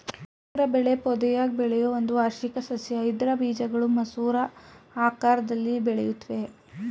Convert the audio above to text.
ಮಸೂರ ಬೆಳೆ ಪೊದೆಯಾಗ್ ಬೆಳೆಯೋ ಒಂದು ವಾರ್ಷಿಕ ಸಸ್ಯ ಇದ್ರ ಬೀಜಗಳು ಮಸೂರ ಆಕಾರ್ದಲ್ಲಿ ಬೆಳೆಯುತ್ವೆ